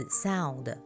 sound